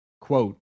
Quote